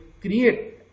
create